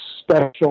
special